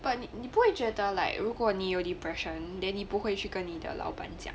but 你不会觉得 like 如果你有 depression then 你不会去跟你老板讲